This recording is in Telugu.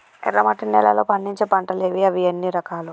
ఎర్రమట్టి నేలలో పండించే పంటలు ఏవి? అవి ఎన్ని రకాలు?